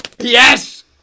Yes